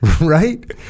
right